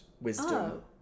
wisdom